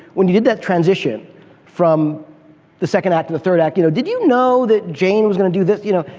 when you did that transition from the second act to the third act, you know did you know that jane was going to do this, you know,